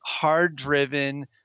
hard-driven